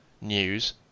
news